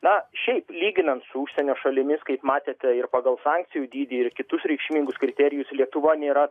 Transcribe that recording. na šiaip lyginant su užsienio šalimis kaip matėte ir pagal sankcijų dydį ir kitus reikšmingus kriterijus lietuva nėra